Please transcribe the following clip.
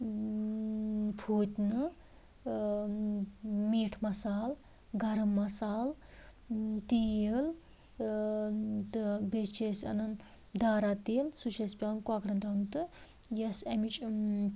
فوٗتنہٕ میٖٹھ مَصال گَرَم مَصال تیٖل تہٕ بیٚیہِ چھِ أسۍ اَنان دارا تیٖل سُہ چھِ اَسہِ پٮ۪وان کۄکرَن ترٛاوُن تہٕ یۄس اَمِچ